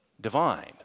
divine